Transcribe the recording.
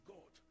God